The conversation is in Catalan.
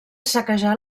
saquejar